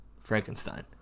Frankenstein